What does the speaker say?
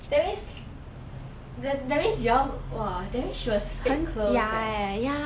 that means that that means you all !wah! that means she was fake close eh